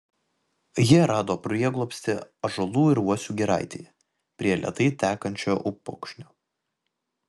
jie rado prieglobstį ąžuolų ir uosių giraitėje prie lėtai tekančio upokšnio